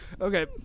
Okay